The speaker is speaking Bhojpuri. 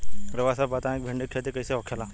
रउआ सभ बताई भिंडी क खेती कईसे होखेला?